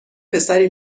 پسری